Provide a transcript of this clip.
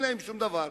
אין להם שום דבר.